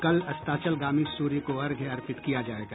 कल अस्ताचलगामी सूर्य को अर्घ्य अर्पित किया जायेगा